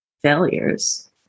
failures